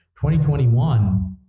2021